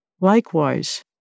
Likewise